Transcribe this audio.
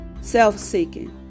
self-seeking